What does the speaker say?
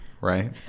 right